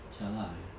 jialat eh